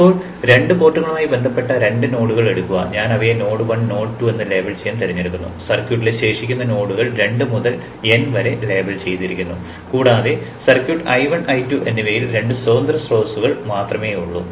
ഇപ്പോൾ രണ്ട് പോർട്ടുകളുമായി ബന്ധപ്പെട്ട രണ്ട് നോഡുകൾ എടുക്കുക ഞാൻ അവയെ നോഡ് 1 നോഡ് 2 എന്ന് ലേബൽ ചെയ്യാൻ തിരഞ്ഞെടുക്കുന്നു സർക്യൂട്ടിലെ ശേഷിക്കുന്ന നോഡുകൾ 2 മുതൽ n വരെ ലേബൽ ചെയ്തിരിക്കുന്നു കൂടാതെ സർക്യൂട്ട് I1 I2 എന്നിവയിൽ രണ്ട് സ്വതന്ത്ര സ്രോതസ്സുകൾ മാത്രമേയുള്ളൂ